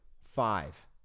five